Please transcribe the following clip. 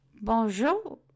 Bonjour